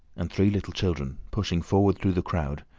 and three little children, pushing forward through the crowd,